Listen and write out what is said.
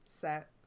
Set